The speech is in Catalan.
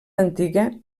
antiga